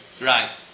Right